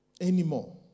anymore